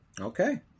Okay